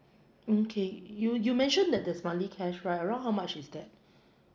mm K you you mentioned that there's monthly cash right around how much is that